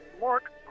Mark